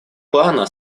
плана